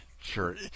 sure